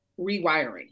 rewiring